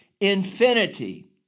infinity